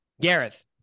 Gareth